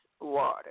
water